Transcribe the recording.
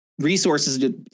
resources